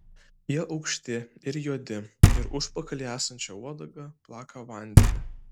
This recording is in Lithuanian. jie aukšti ir juodi ir užpakalyje esančia uodega plaka vandenį